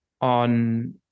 on